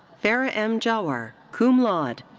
farah m. jawhar, cum laude.